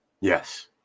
Yes